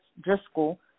Driscoll